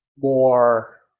More